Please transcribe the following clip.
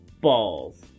Balls